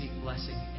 blessing